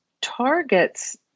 targets